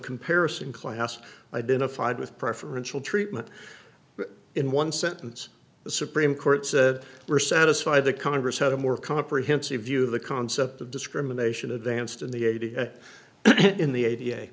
comparison class identified with preferential treatment in one sentence the supreme court said we're satisfied that congress had a more comprehensive view of the concept of discrimination advanced in the a to get in the a